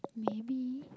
maybe